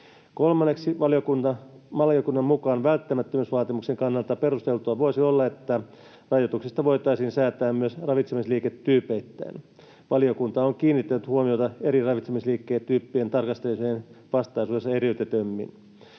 Kolmanneksi valiokunnan mukaan välttämättömyysvaatimuksen kannalta perusteltua voisi olla, että rajoituksista voitaisiin säätää myös ravitsemisliiketyypeittäin. Valiokunta on kiinnittänyt huomiota eri ravitsemisliiketyyppien tarkastelemiseen vastaisuudessa eriytetymmin.